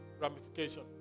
ramification